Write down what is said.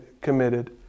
committed